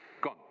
gone